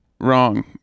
wrong